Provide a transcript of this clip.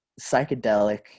psychedelic